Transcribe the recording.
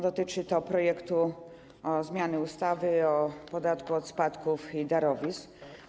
Dotyczy to projektu o zmianie ustawy o podatku od spadków i darowizn.